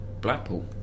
Blackpool